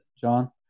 John